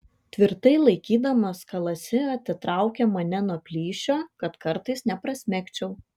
tvirtai laikydamas kalasi atitraukė mane nuo plyšio kad kartais neprasmegčiau